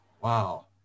Wow